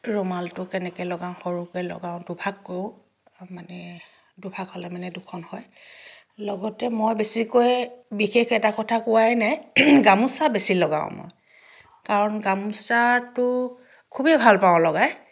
ৰুমালটো কেনেকৈ লগাওঁ সৰুকৈ লগাওঁ দুভাগ কৰোঁ আৰু মানে দুভাগ হ'লে মানে দুখন হয় লগতে মই বেছিকৈ বিশেষ এটা কথা কোৱাই নাই গামোচা বেছি লগাওঁ মই কাৰণ গামোচাটো খুবেই ভাল পাওঁ লগাই